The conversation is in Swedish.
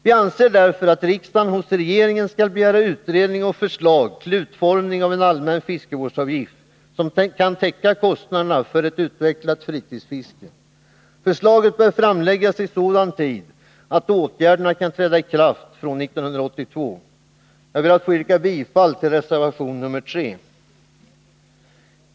Vi anser därför att riksdagen hos regeringen skall begära utredning och förslag till utformning av en allmän fiskevårdsavgift som kan täcka kostnaderna för ett utvecklat fritidsfiske. Förslaget bör framläggas i sådan tid att åtgärderna kan träda i kraft från 1982. Jag ber att få yrka bifall till reservation nr 3.